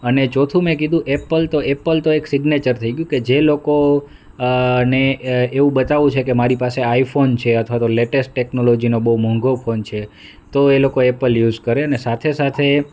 અને ચોથું મેં કીધું એપલ તો એપલ એક સિગ્નેચર થઈ ગયું કે જે લોકો ને એવું બતાવું છે કે મારી પાસે આઈફોન છે અથવા તો લેટેસ્ટ ટેક્નોલોજીનો બહુ મોંઘો ફોન છે તો એ લોકો એપલ યુઝ કરે અને સાથે સાથે